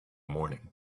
morning